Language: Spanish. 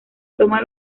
toma